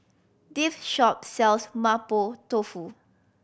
this shop sells Mapo Tofu